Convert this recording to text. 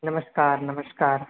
નમસ્કાર નમસ્કાર